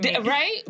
right